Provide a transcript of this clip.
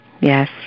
Yes